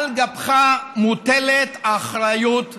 על גבך מוטלת אחריות רבה.